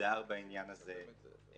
מסודר בעניין הזה.